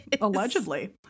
Allegedly